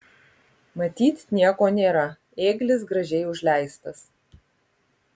matyt nieko nėra ėglis gražiai užleistas